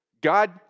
God